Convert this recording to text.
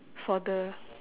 for the